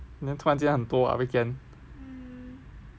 then 突然间很多 ah weekend